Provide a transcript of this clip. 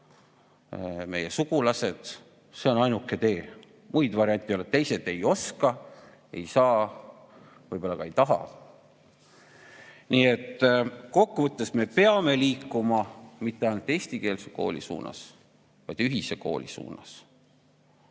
meie sugulased. See on ainuke tee, muid variante ei ole. Teised ei oska, ei saa, võib-olla ka ei taha. Kokkuvõtteks: me peame liikuma mitte ainult eestikeelse kooli, vaid ühise kooli suunas.